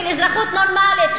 של אזרחות נורמלית,